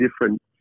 different